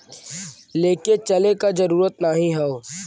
लेके चले क जरूरत नाहीं हौ